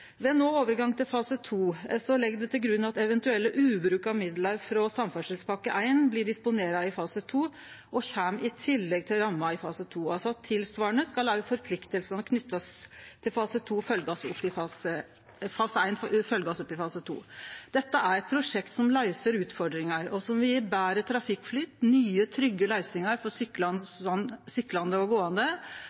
overgang til fase 2 legg ein til grunn at eventuelle ubrukte midlar frå Samferdselspakke 1 blir disponerte i fase 2 og kjem i tillegg til ramma i fase 2. Tilsvarande skal forpliktingane knytte til fase 1 bli følgde opp i fase 2. Dette er eit prosjekt som løyser utfordringar, og som vil gje betre trafikkflyt, nye trygge løysingar for syklande og gåande